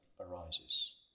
arises